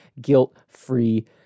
guilt-free